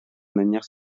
manière